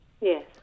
Yes